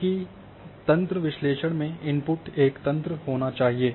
क्योंकि तंत्र विश्लेषण में इनपुट एक तंत्र ही होना चाहिए